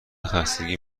خستگی